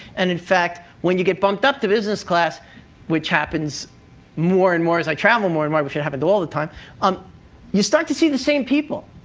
and in fact, when you get bumped up to business class which happens more and more as i travel more and more, i wish it happened all the time um you start to see the same people.